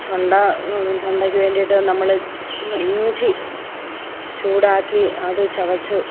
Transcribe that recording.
തൊണ്ട തൊണ്ടക്ക് വേണ്ടീട്ട് നമ്മൾ ച്ചി ഇഞ്ചി ചൂടാക്കി അത് ചവച്ച്